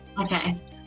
okay